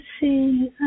see